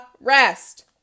rest